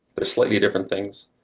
but slightly different things,